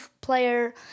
player